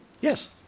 Yes